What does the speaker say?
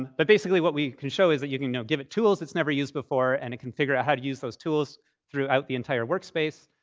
but basically, what we can show is that you can give it tools it's never used before, and it can figure out how to use those tools throughout the entire workspace.